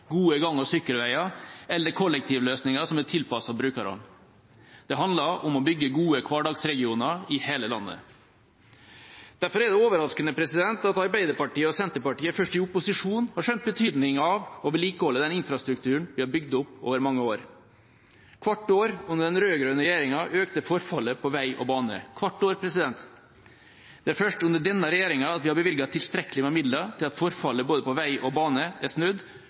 gode gang- og sykkelveier eller kollektivløsninger som er tilpasset brukerne. Det handler om å bygge gode hverdagsregioner i hele landet. Derfor er det overraskende at Arbeiderpartiet og Senterpartiet først i opposisjon har skjønt betydningen av å vedlikeholde den infrastrukturen vi har bygd opp over mange år. Hvert år under den rød-grønne regjeringa økte forfallet på vei og bane – hvert år. Det er først under denne regjeringa at vi har bevilget tilstrekkelig med midler til at forfallet både på vei og på bane er snudd,